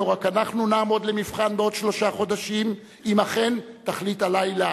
לא רק אנחנו נעמוד למבחן בעוד שלושה חודשים אם אכן תחליט הלילה